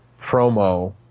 promo